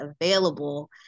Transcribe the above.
available